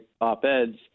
op-eds